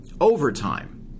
Overtime